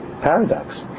paradox